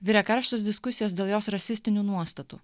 virė karštos diskusijos dėl jos rasistinių nuostatų